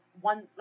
one